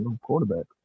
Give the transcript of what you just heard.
quarterback